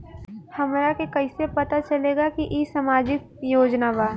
हमरा के कइसे पता चलेगा की इ सामाजिक योजना बा?